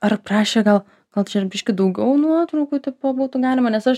ar prašė gal gal čia ir biškį daugiau nuotraukų tipo būtų galima nes aš